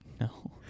No